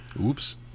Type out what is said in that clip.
oops